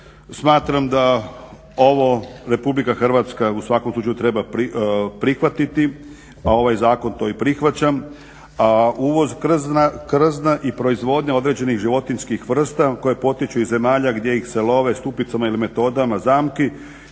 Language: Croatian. Smatram da ovo RH u svakom slučaju treba prihvatiti, pa ovaj zakon to i prihvaća a uvoz krzna i proizvodnja određenih životinjskih vrsta koje potiču iz zemalja gdje ih se lovi stupicama ili metodama zamki